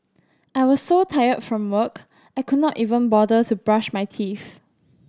I was so tired from work I could not even bother to brush my teeth